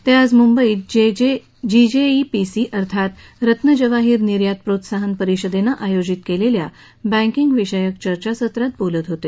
ते आज मुंबईत जीजेइपीसी अर्थात रत्न जवाहीर निर्यात प्रोत्साहन परिषदेनं आयोजित केलेल्या बैंकिंग विषयक चर्चासत्रात बोलत होते